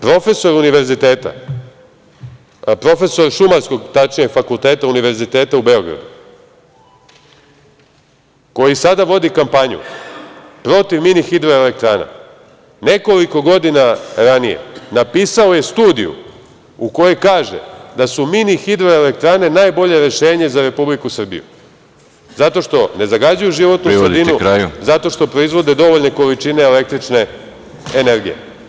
Profesor Šumarskog univerziteta u Beogradu koji sada vodi kampanju protiv mini hidroelektrana, nekoliko godina ranije je napisao studiju u kojoj kaže da su mini hidroelektrane najbolje rešenje za Republiku Srbiju zato što ne zagađuju životnu sredinu, zato što proizvode dovoljne količine električne energije.